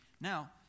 Now